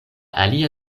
alia